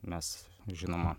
mes žinoma